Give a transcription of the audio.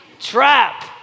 trap